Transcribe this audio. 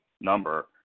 number